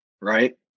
Right